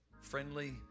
friendly